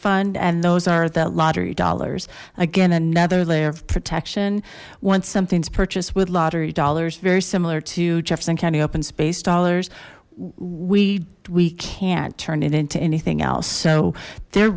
fund and those are the lottery dollars again another layer affection once something's purchased with lottery dollars very similar to jefferson county open space dollars we we can't turn it into anything else so there